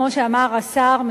כמו שאמר השר,